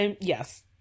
yes